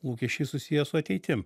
lūkesčiai susiję su ateitim